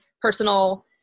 personal